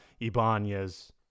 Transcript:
Ibanez